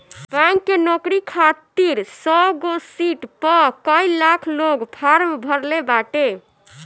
bank के नोकरी खातिर सौगो सिट पअ कई लाख लोग फार्म भरले बाटे